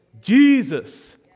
Jesus